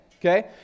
Okay